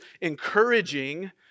encouraging